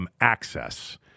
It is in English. access